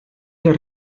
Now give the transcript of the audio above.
les